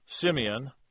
Simeon